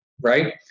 right